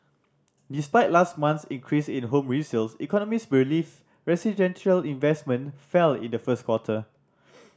despite last month's increase in home resales economist believe residential investment fell in the first quarter